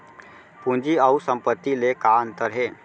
पूंजी अऊ संपत्ति ले का अंतर हे?